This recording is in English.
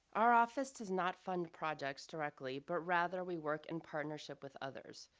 our office does not fund projects directly, but rather we work in partnership with others.